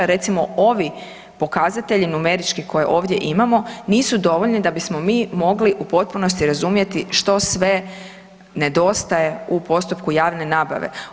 Recimo ovi pokazatelji numerički koje ovdje imamo nisu dovoljni da bismo mi mogli u potpunosti razumjeti što sve nedostaje u postupku javne nabave.